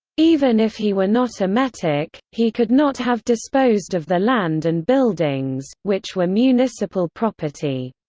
even if he were not a metic, he could not have disposed of the land and buildings, which were municipal property.